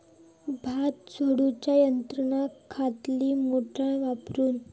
भात झोडूच्या यंत्राक खयली मोटार वापरू?